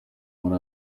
muri